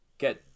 get